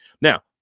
Now